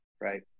Right